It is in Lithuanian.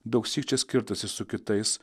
daugsyk čia skirtasi su kitais